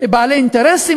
ובעלי אינטרסים,